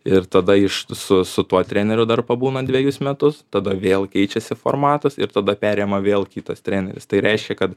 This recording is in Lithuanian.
ir tada iš su su tuo treneriu dar pabūna dvejus metus tada vėl keičiasi formatas ir tada perima vėl kitas treneris tai reiškia kad